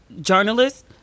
journalists